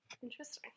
Interesting